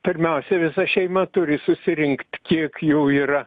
pirmiausia visa šeima turi susirinkt kiek jų yra